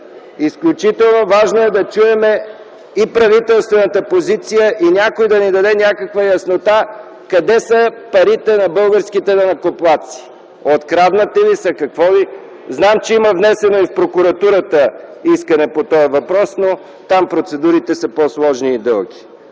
Изключително важно е да чуем и правителствената позиция, и някой да ни даде някаква яснота къде са парите на българските данъкоплатци, откраднати ли са или какво? Зная, че в прокуратурата има внесено искане по този въпрос, но там процедурите са по-сложни и дълги.